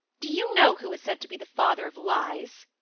do you know who is said to be the father of lies?